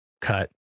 cut